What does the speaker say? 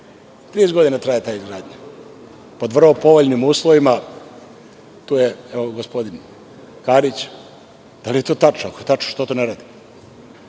30 godina traje ta izgradnja, pod vrlo povoljnim uslovima. Tu je gospodin Karić, da li je to tačno, ako je tačno zašto to nerade,